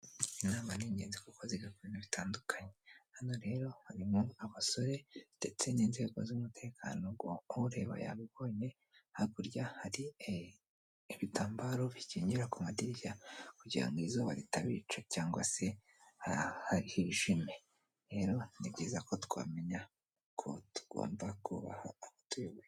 Inama ni ingenzi kuko zigakora ibintuintu bitandukanye hano rero harimo abasore ndetse n'inzego z'umutekano ureba yabibonye hakurya hari ibitambaro bikegirara ku madirishya kugira ngo izuba ritabica cyangwa se harihijimye rero ni byiza ko twamenya ko tugomba kubaha abatuyobo.